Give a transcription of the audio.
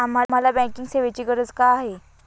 आम्हाला बँकिंग सेवेची गरज का आहे?